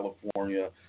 California